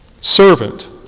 servant